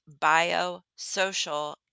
Biosocial